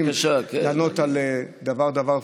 לענות על דבר-דבר,